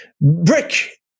Brick